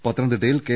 പത്തനംതിട്ടയിൽ കെ